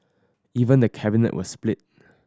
even the Cabinet was split